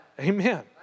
Amen